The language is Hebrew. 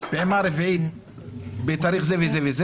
הפעימה הרביעית בתאריך זה וזה,